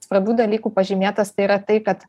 svarbių dalykų pažymėtas tai yra tai kad